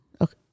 Okay